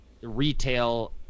retail